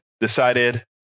decided